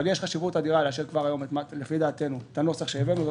לפי דעתנו יש חשיבות אדירה לאשר כבר היום את הנוסח שהבאנו.